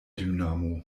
dynamo